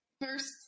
First